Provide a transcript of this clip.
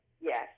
yes